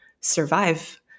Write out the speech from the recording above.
survive